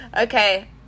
Okay